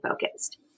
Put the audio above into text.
focused